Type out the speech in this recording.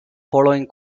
following